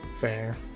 fair